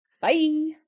Bye